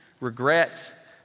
regret